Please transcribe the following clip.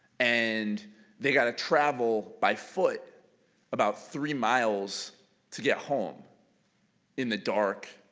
and they got to travel by foot about three miles to get home in the dark,